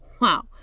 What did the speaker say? Wow